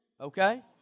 Okay